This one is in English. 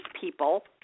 people